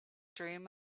dream